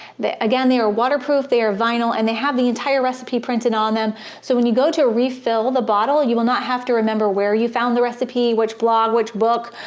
again they are waterproof, they are vinyl and they have the entire recipe printed on them so when you go to refill the bottle you will not have to remember where you found the recipe, which blog, which book,